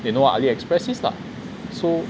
they know what ali express is lah so